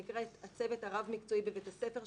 שנקראת הצוות הרב-מקצועי בבית הספר,